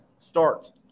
start